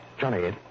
Johnny